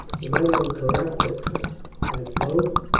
the men of caractacus had both,